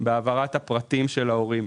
בהעברת הפרטים של ההורים.